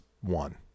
one